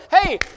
hey